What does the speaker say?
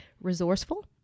resourceful